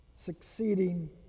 Succeeding